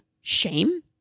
Shame